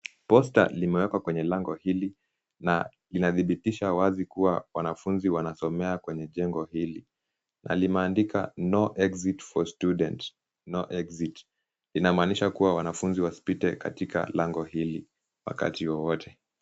Posta limewekwa kwenye lango hili na linadhibitisha wazi kuwa wanafunzi wanasomea katika jengo hili, na limeandikwa No Exit for Students. No Exit inamaanisha kuwa wanafunzi wasipite katika lango hili wakati wowote.